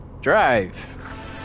Drive